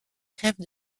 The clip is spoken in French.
rêvent